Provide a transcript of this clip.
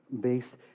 based